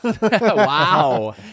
Wow